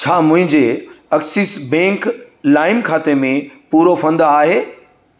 छा मुंहिंजे Axis bank लाइम खाते में पूरो फंड आहे